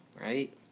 right